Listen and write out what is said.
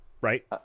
right